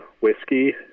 whiskey